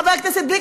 חבר הכנסת גליק,